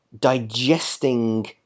digesting